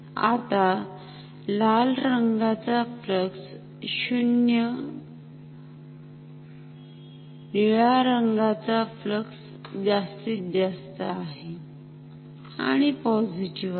आता लाल रंगाचा फ्लक्स 0 निळा फ्लक्स जास्तीत जास्त आहे आणि पॉझिटिव्ह आहे